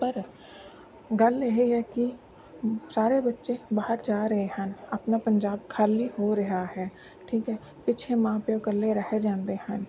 ਪਰ ਗੱਲ ਇਹ ਹੈ ਕਿ ਸਾਰੇ ਬੱਚੇ ਬਾਹਰ ਜਾ ਰਹੇ ਹਨ ਆਪਣਾ ਪੰਜਾਬ ਖਾਲੀ ਹੋ ਰਿਹਾ ਹੈ ਠੀਕ ਹੈ ਪਿੱਛੇ ਮਾਂ ਪਿਓ ਇਕੱਲੇ ਰਹਿ ਜਾਂਦੇ ਹਨ